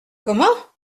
comment